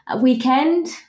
weekend